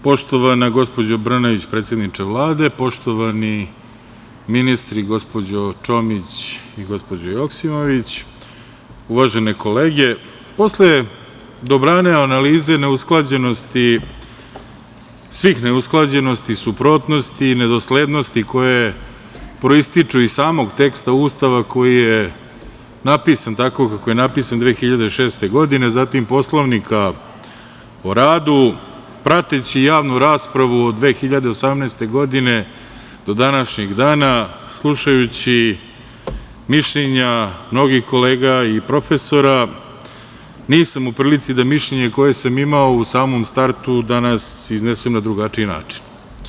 Poštovana gospođo Brnabić, predsedniče Vlade, poštovani ministri, gospođo Čomić i gospođo Joksimović, uvažene kolege, posle dobrane analize na usklađenosti svih neusklađenosti, suprotnosti i nedoslednosti koje proističu iz samog teksta Ustava koji je napisan tako kako je napisan 2006. godine, zatim Poslovnika o radu, prateći javnu raspravu od 2018. godine do današnjeg dana, slušajući mišljenja mnogih kolega i profesora, nisam u prilici da mišljenje koje sam imao u samom startu danas iznesem na drugačiji način.